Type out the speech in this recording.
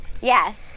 Yes